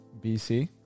bc